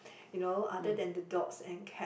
you know other than the dogs and cat